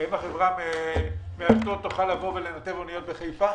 האם החברה תוכל לנטר אוניות בחיפה?